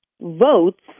votes